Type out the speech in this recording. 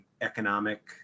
economic